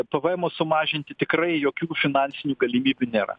pv emo sumažinti tikrai jokių finansinių galimybių nėra